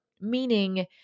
Meaning